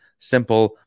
simple